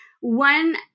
One